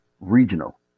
regional